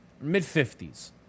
mid-50s